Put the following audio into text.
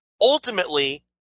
ultimately